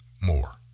more